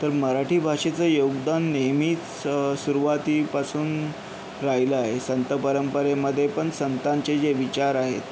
तर मराठी भाषेचं योगदान नेहमीच सुरवातीपासून राहिलं आहे संत परंपरेमध्ये पण संतांचे जे विचार आहेत ते